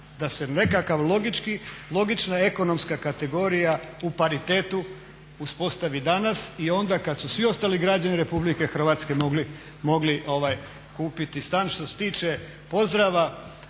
da se nekakav logički, logična ekonomska kategorija u paritetu uspostavi danas i onda kad su svi ostali građani Republike Hrvatske mogli kupiti stan. Što se tiče pozdrava,